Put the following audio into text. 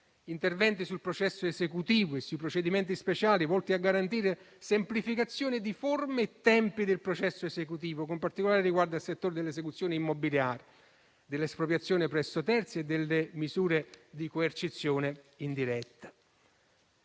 interventi sul processo esecutivo e sui procedimenti speciali volti a garantire semplificazione di forme e tempi del processo esecutivo, con particolare riguardo al settore delle esecuzioni immobiliari, dell'espropriazione presso terzi e delle misure di coercizione indiretta.